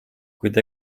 kuid